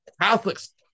catholics